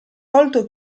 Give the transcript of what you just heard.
volto